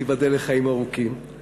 תיבדל לחיים ארוכים,